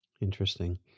Interesting